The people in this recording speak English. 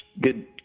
good